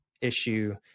issue